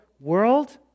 world